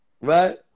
Right